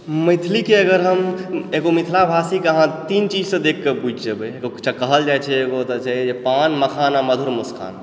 मैथिलीके अगर हम एगो मिथिला भाषीके अहाँ तीन चीजसँ देखकऽ बुझि जेबय जे कहल जाइत छै एगो जे छै से पान मखान आ मधुर मुस्कान